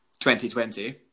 2020